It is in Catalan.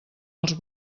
els